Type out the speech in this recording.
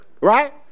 Right